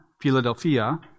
Philadelphia